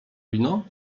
wino